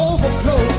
Overflow